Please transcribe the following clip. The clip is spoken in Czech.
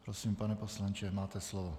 Prosím, pane poslanče, máte slovo.